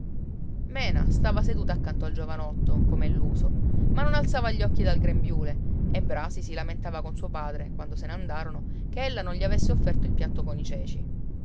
mena stava seduta accanto al giovanotto com'è l'uso ma non alzava gli occhi dal grembiule e brasi si lamentava con suo padre quando se ne andarono che ella non gli avesse offerto il piatto con i ceci